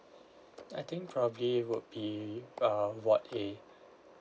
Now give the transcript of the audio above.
I think probably would be uh ward A